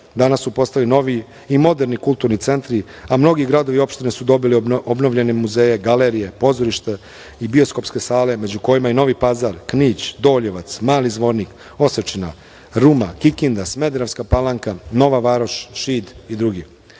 danas su postali novi i moderni kulturni centri, a mnogi gradovi i opštine su dobili obnovljene muzeje, galerije, pozorišta i bioskopske sale među kojima je i Novi Pazar, Knić, Doljevac, Mali Zvornik, Osečina, Ruma, Kikinda, Smederevska Palanka, Nova Varoš, Šid i drugi. Sa